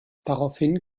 daraufhin